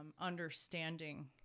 understanding